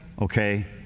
Okay